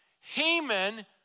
Haman